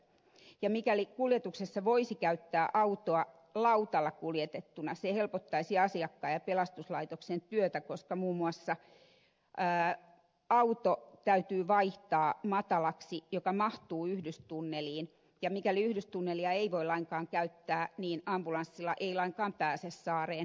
mikäli kuljetuksessa voisi käyttää autoa lautalla kuljetettuna se helpottaisi asiakkaan ja pelastuslaitoksen työtä koska muuten muun muassa auto täytyy vaihtaa matalaksi yhdystunneliin mahtuvaksi ambulanssiksi ja mikäli yhdystunnelia ei voi lainkaan käyttää niin ambulanssilla ei lainkaan pääse saareen